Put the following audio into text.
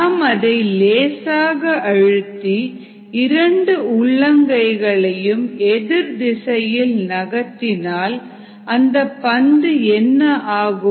நாம் அதை லேசாக அழுத்தி இரண்டு உள்ளங்கைகளையும் எதிர்திசையில் நகர்த்தினால் அந்த பந்து என்ன ஆகும்